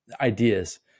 ideas